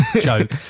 joke